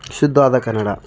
ಶುದ್ಧವಾದ ಕನ್ನಡ